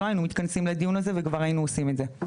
היינו מתכנסים לדיון הזה וכבר היינו עושים את זה.